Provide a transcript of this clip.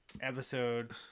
episode